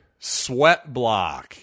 Sweatblock